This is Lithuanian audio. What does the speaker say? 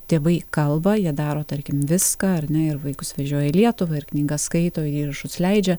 tėvai kalba jie daro tarkim viską ar ne ir vaikus vežioja į lietuvą ir knygas skaito įrašus leidžia